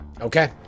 Okay